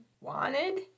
wanted